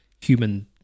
human